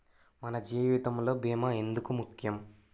మన జీవితములో భీమా ఎందుకు ముఖ్యం?